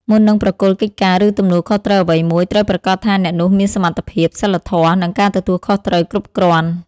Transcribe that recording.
មុននឹងប្រគល់កិច្ចការ ឬទំនួលខុសត្រូវអ្វីមួយ ត្រូវប្រាកដថាអ្នកនោះមានសមត្ថភាព សីលធម៌ និងការទទួលខុសត្រូវគ្រប់គ្រាន់។